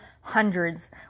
hundreds